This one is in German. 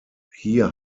hier